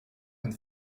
and